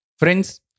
Friends